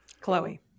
Chloe